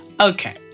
okay